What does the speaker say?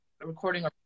recording